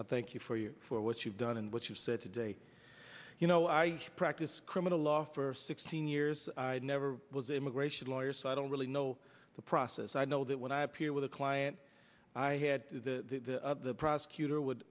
i thank you for you for what you've done and what you've said today you know are huge practice criminal law for sixteen years i never was immigration lawyers so i don't really know the process i know that when i appear with a client i had to the prosecutor would